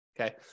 Okay